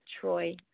Troy